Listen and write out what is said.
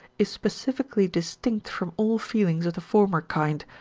is specifically distinct from all feelings of the former kind,